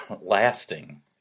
lasting